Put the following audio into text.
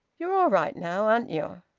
you're all right now, aren't you?